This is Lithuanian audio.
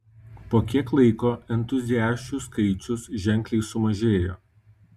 po kiek laiko entuziasčių skaičius ženkliai sumažėjo